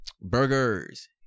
burgers